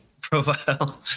profile